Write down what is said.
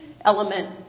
element